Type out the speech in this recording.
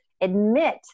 admit